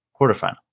quarterfinal